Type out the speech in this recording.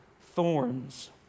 thorns